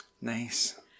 Nice